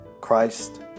Christ